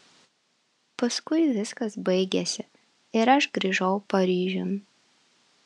paskui viskas baigėsi ir aš grįžau paryžiun